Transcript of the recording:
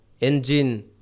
engine